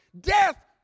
death